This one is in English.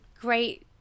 great